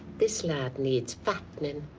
this lad needs fattening.